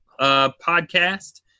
podcast